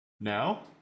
Now